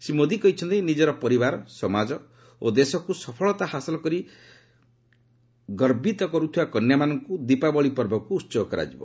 ଶ୍ରୀ ମୋଦୀ କହିଛନ୍ତି ନିଙ୍ଗର ପରିବାର ସମାଜ ଓ ଦେଶକୁ ସଫଳତା ହାସଲ କରି ଗର୍ବିତ କରୁଥିବା କନ୍ୟାମାନଙ୍କୁ ଦୀପାବଳି ପର୍ବକୁ ଉହର୍ଗ କରାଯିବ